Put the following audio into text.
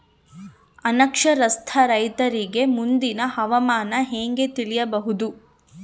ಅನಕ್ಷರಸ್ಥ ರೈತರಿಗೆ ಮುಂದಿನ ಹವಾಮಾನ ಹೆಂಗೆ ತಿಳಿಯಬಹುದು?